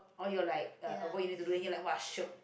all your like uh what you need to doing [wah] shiok